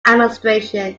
administration